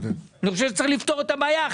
אני חושב שצריך לפתור את הבעיה.